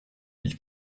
mille